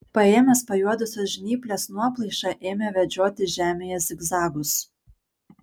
paėmęs pajuodusios žnyplės nuoplaišą ėmė vedžioti žemėje zigzagus